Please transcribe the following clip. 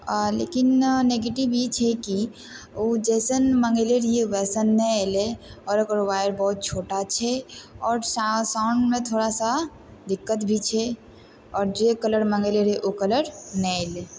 लेकिन नेगेटिव ई छै कि मङ्गेले ऊ जैसने मङ्गेले रहियइ वैसने नहि एलय आओर ओकर वायर बहुत छोटा छै आओर साउन्डमे थोड़ा सा दिक्कत भी छै आओर जे कलर मङ्गेले रहियइ ओ कलर नहि एलय